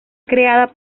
creada